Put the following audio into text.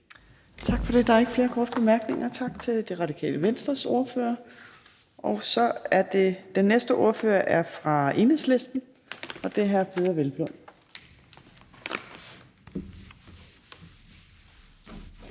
Tak for det. Der er ikke flere korte bemærkninger. Tak til Radikale Venstres ordfører. Den næste ordfører er fra Enhedslisten, og det er hr. Peder Hvelplund.